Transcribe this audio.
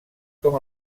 com